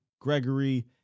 Gregory